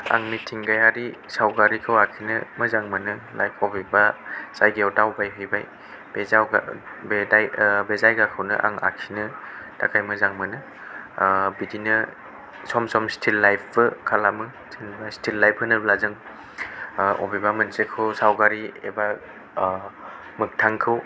आं मिथिंगायारि सावगारिखौ आखिनो मोजां मोनो लाइक बबेबा जायगायावहाय दावबायहैबाय बे जायगाखौनो आं आखिनो थाखाय मोजां मोनो ओ बिदिनो सम सम स्टिल लाइफबो खालामो स्टिल लाइफ होनोब्ला जों ओ बबेबा मोनसेखौ सावगारि एबा ओ मोखथांखौनो